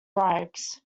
bribes